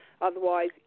otherwise